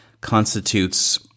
constitutes